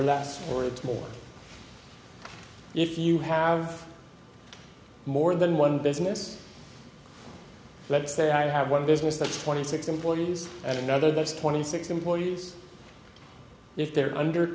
or less or more if you have more than one business let's say i have one business that twenty six employees and another that's twenty six employees if they're under